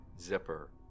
zipper